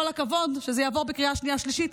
כל הכבוד, שזה יעבור בקריאה שנייה ושלישית.